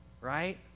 right